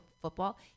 football